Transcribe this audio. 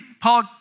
Paul